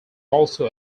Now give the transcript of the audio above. also